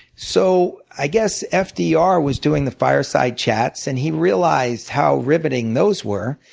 so i guess ah fdr was doing the fireside chats and he realized how riveting those were.